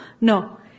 No